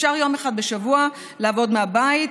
אפשר יום אחד בשבוע לעבוד מהבית.